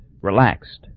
relaxed